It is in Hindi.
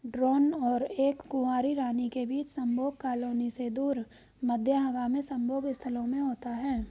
ड्रोन और एक कुंवारी रानी के बीच संभोग कॉलोनी से दूर, मध्य हवा में संभोग स्थलों में होता है